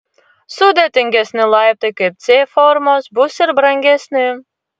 sudėtingesni laiptai kaip c formos bus ir brangesni